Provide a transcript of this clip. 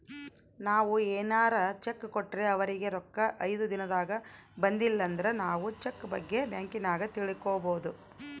ನಾವು ಏನಾರ ಚೆಕ್ ಕೊಟ್ರೆ ಅವರಿಗೆ ರೊಕ್ಕ ಐದು ದಿನದಾಗ ಬಂದಿಲಂದ್ರ ನಾವು ಚೆಕ್ ಬಗ್ಗೆ ಬ್ಯಾಂಕಿನಾಗ ತಿಳಿದುಕೊಬೊದು